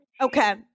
Okay